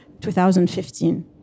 2015